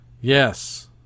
Yes